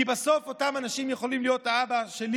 כי בסוף אותם אנשים יכולים להיות האבא שלי,